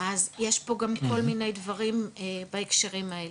אז יש פה גם כל מיני דברים בהקשרים האלה.